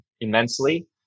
immensely